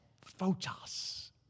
Photos